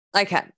Okay